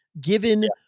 given